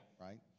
right